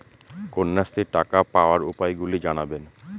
কন্যাশ্রীর টাকা পাওয়ার উপায়গুলি জানাবেন?